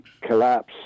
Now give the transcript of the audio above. collapse